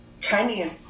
Chinese